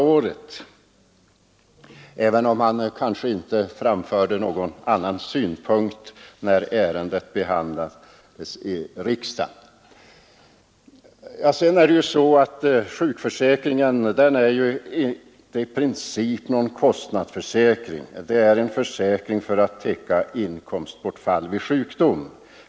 Men han framförde kanske inte heller några andra synpunkter när ärendet då behandlades i kammaren. Vidare är det så att sjukförsäkringen i princip inte är någon kostnadsförsäkring. Det är en försäkring som skall täcka inkomstbortfall vid sjukdom.